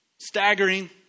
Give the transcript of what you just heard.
staggering